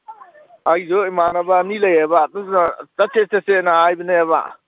ꯑꯩꯁꯨ ꯏꯃꯥꯟꯅꯕ ꯑꯅꯤ ꯂꯩꯌꯦꯕ ꯑꯗꯨꯅ ꯆꯠꯁꯦ ꯆꯠꯁꯦꯅ ꯍꯥꯏꯕꯅꯦꯕ